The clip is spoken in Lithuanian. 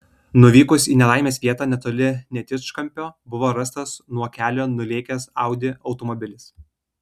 nuvykus į nelaimės vietą netoli netičkampio buvo rastas nuo kelio nulėkęs audi automobilis